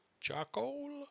charcoal